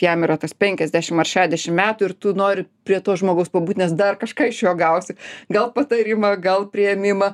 jam yra tas penkiasdešim ar šešiasdešim metų ir tu nori prie to žmogaus pabūt nes dar kažką iš jo gausi gal patarimą gal priėmimą